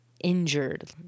injured